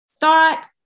thought